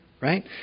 right